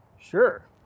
sure